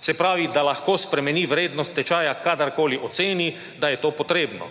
Se pravi, lahko spremeni vrednost tečaja kadarkoli oceni, da je to potrebno.